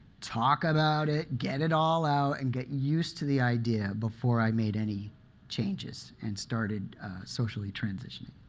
talk about it, get it all out and get used to the idea before i made any changes and started socially transitioning.